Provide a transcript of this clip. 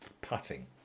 putting